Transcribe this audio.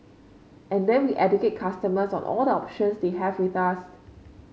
and then we educate customers on all the options they have with us